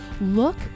Look